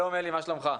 שלום, אלי, מה שלומך?